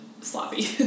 sloppy